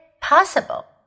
possible